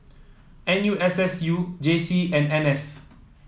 N U S S U J C and N S